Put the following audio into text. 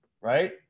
right